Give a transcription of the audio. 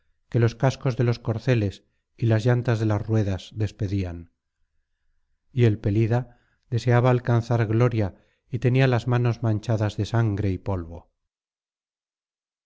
que los cascos de los corceles y las llantas de las ruedas despedían y el pelida deseaba alcanzar gloria y tenía las manos manchadas de sangre y polvo